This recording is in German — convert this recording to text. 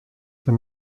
der